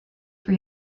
for